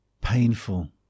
painful